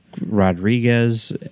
Rodriguez